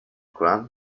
ground